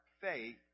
faith